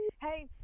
hey